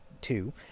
two